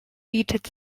bietet